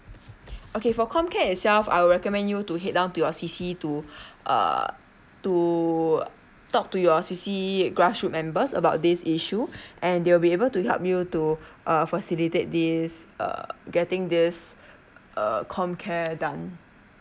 okay for comcare itself I'll recommend you to head down to your C_C to uh to talk to your C_C grassroots members about this issue and they will be able to help you to err facilitate this err getting this err comcare done